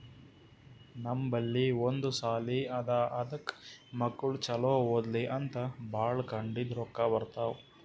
ನಮ್ ಬಲ್ಲಿ ಒಂದ್ ಸಾಲಿ ಅದಾ ಅದಕ್ ಮಕ್ಕುಳ್ ಛಲೋ ಓದ್ಲಿ ಅಂತ್ ಭಾಳ ಕಡಿಂದ್ ರೊಕ್ಕಾ ಬರ್ತಾವ್